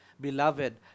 beloved